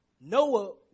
Noah